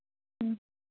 ꯎꯝ